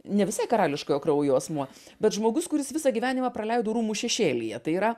ne visai karališkojo kraujo asmuo bet žmogus kuris visą gyvenimą praleido rūmų šešėlyje tai yra